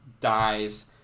dies